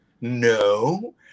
No